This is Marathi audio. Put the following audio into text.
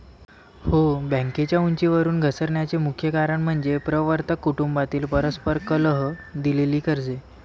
हो, बँकेच्या उंचीवरून घसरण्याचे मुख्य कारण म्हणजे प्रवर्तक कुटुंबातील परस्पर कलह, दिलेली कर्जे